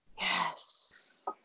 Yes